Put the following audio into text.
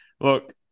Look